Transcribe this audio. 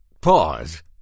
pause